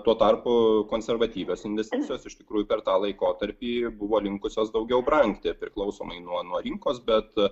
tuo tarpu konservatyvios investicijos iš tikrųjų per tą laikotarpį buvo linkusios daugiau brangti priklausomai nuo nuo rinkos bet